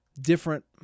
different